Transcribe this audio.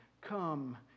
come